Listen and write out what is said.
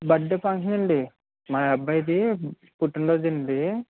birth day function అండి మా అబ్బాయిది పుట్టిన రోజు అండి